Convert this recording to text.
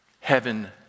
heaven